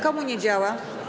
Komu nie działa?